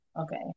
okay